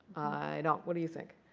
i don't. what do you think?